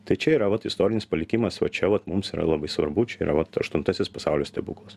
tai čia yra vat istorinis palikimas vat čia vat mums yra labai svarbu čia yra vat aštuntasis pasaulio stebuklas